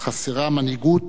חסרה מנהיגות